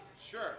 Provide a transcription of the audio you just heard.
Sure